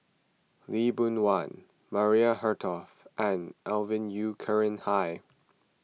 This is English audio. Lee Boon Wang Maria Hertogh and Alvin Yeo Khirn Hai